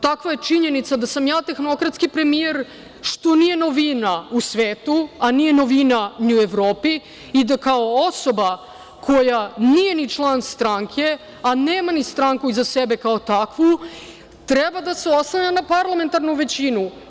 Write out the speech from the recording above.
Takva je činjenica da sam ja tehnokratski premijer, što nije novina u svetu, a nije novina ni u Evropi, i da kao osoba koja nije ni član stranke, a nema ni stranku iza sebe kao takvu, treba da se oslanja na parlamentarnu većinu.